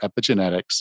epigenetics